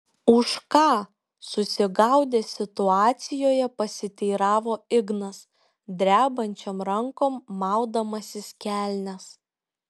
už ką susigaudęs situacijoje pasiteiravo ignas drebančiom rankom maudamasis kelnes